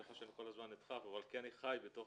בדרך